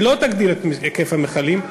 היא לא תגדיל את היקף המכלים,